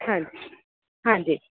ਹਾਂਜੀ ਹਾਂਜੀ